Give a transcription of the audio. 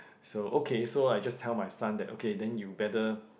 so okay so I just tell my son that okay then you better